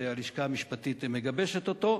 שהלשכה המשפטית מגבשת אותה,